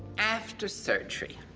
after surgery,